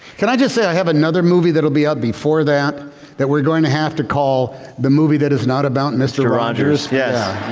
can i just say i have another movie that will be out before that that we're going to have to call the movie that is not about mr. rogers. yeah